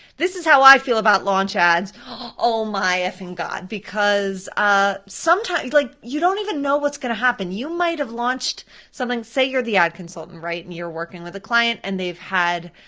this is how i feel about launch ads, oh my effing god, because ah like you don't even know what's gonna happen, you might've launched something, say you're the ad consultant, right, and you're working with a client and they've had